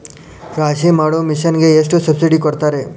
ರಾಶಿ ಮಾಡು ಮಿಷನ್ ಗೆ ಎಷ್ಟು ಸಬ್ಸಿಡಿ ಕೊಡ್ತಾರೆ?